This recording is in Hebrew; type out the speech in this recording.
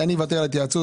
אני אוותר על ההתייעצות,